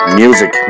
music